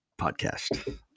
podcast